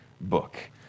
book